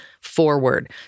forward